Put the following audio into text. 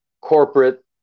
corporate